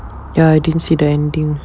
ya I didn't see the ending